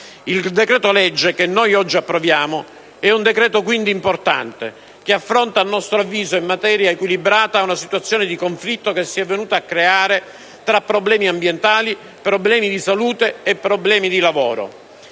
Il decreto-legge che oggi convertiamo è quindi importante perché affronta, a nostro avviso in materia equilibrata, una situazione di conflitto che si è venuta a creare tra problemi ambientali, problemi di salute e problemi di lavoro.